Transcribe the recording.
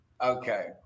Okay